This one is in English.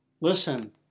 Listen